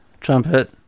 trumpet